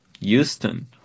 Houston